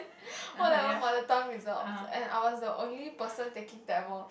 o-level mother tongue results and I was the only person taking tamil